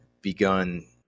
begun